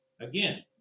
again